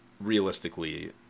realistically